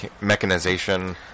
mechanization